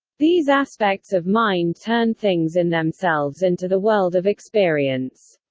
these aspects of mind turn things-in-themselves into the world of experience.